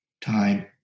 time